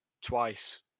twice